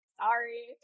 sorry